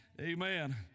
Amen